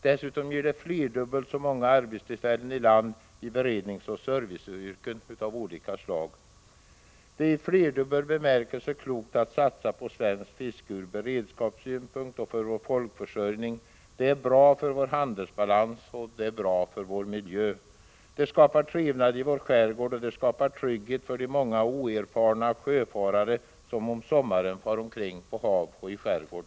Dessutom ger den flerdubbelt så många arbetstillfällen i land i beredningsoch serviceyrken av olika slag. Det är i flerdubbel bemärkelse klokt att satsa på svenskt fiske, från beredskapssynpunkt och för vår folkförsörjning. Det är bra för vår handelsbalans och för vår miljö. Det skapar trevnad i vår skärgård, och det skapar trygghet för de många oerfarna sjöfarare som om sommaren far omkring på hav och i skärgård.